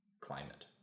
climate